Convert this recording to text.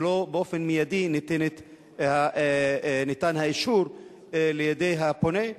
ולא באופן מיידי ניתן האישור לידי הפונה.